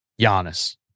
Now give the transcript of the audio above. Giannis